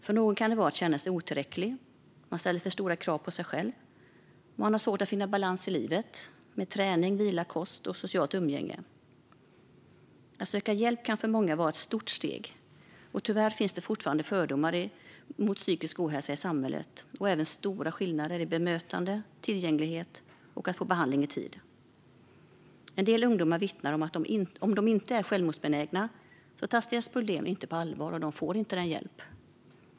För någon kan det vara att känna sig otillräcklig, ställa för stora krav på sig själv och ha svårt att finna balans i livet med träning, vila, kost och socialt umgänge. Att söka hjälp kan för många vara ett stort steg. Tyvärr finns det fortfarande fördomar om psykisk ohälsa i samhället och även stora skillnader i bemötande, tillgänglighet och möjlighet att få behandling i tid. En del ungdomar vittnar om att om de inte är självmordsbenägna tas deras problem inte på allvar, och de får ingen hjälp.